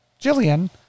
Jillian